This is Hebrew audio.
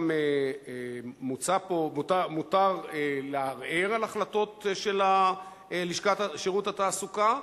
גם מוצע פה: מותר לערער על החלטות של לשכת שירות התעסוקה,